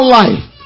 life